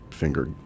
finger